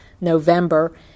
November